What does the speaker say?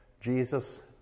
Jesus